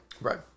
Right